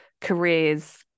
careers